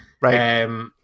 Right